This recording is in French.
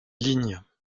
ligne